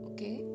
Okay